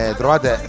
trovate